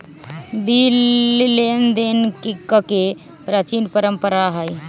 bill लेनदेन कके प्राचीन परंपरा हइ